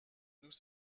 nous